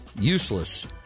useless